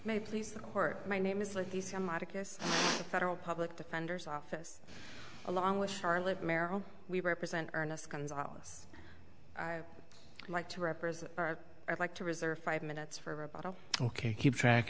may please the court my name is like the federal public defender's office along with charlotte merrill we represent ernest gonzales like to represent our i'd like to reserve five minutes for about oh ok keep track